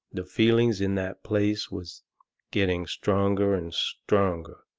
the feelings in that place was getting stronger and stronger.